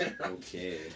Okay